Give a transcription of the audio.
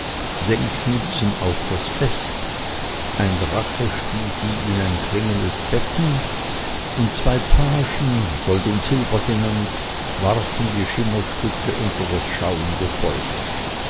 denkmünzen auf das fest ein drache spie sie in ein klingendes becken und zwei pagen gold und silber genannt warfen die schimmerstücke unter das schauende volk